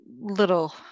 little